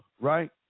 Right